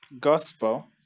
gospel